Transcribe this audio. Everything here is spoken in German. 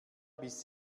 biss